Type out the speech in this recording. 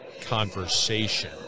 conversation